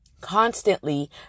constantly